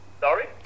sorry